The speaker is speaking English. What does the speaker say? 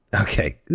Okay